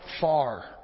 far